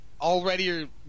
already